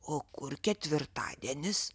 o kur ketvirtadienis